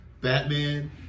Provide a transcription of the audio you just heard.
Batman